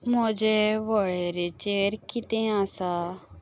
म्हजे वळेरेचेर कितें आसा